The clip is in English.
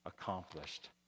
accomplished